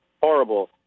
horrible